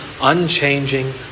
unchanging